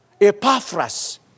Epaphras